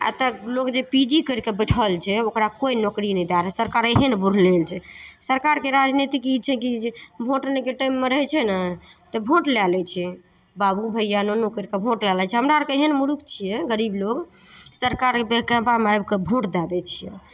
एतय लोक जे पी जी करि कऽ बैठल छै ओकरा कोइ नौकरी नहि दए रहल सरकार एहन बुरिलेल छै सरकारके राजनीति ई छै कि जे भोट लैके टाइममे रहै छै ने तऽ भोट लए लै छै बाबू भैया नुनू करि कऽ भोट लए लै छै हमरा अरके एहन मुरूख छियै गरीब लोक सरकारके बहकावमे आबि कऽ भोट दए दै छै